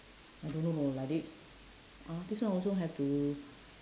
I don't know lor like this uh this one also have to